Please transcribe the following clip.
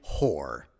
whore